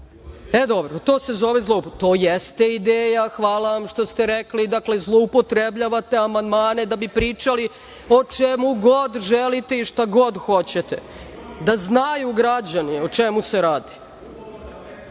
Vučića. To se zove zloupotreba. To jeste ideja, hvala što ste rekli, zloupotrebljavate amandmane da bi pričali o čemu god želite i šta god hoćete, da znaju građani o čemu se radi. Može